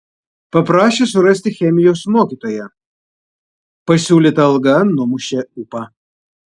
paprašė surasti chemijos mokytoją pasiūlyta alga numušė ūpą